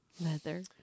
leather